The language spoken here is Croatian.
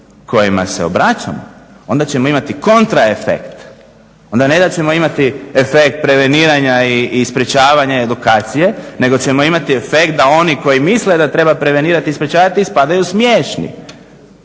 kojima se obraćamo onda ćemo imati kontraefekt, onda ne da ćemo imati efekt preveniranja i sprječavanja edukacije, nego ćemo imati efekt da oni koji misle da treba prevenirat i sprječavati ispadaju smiješni.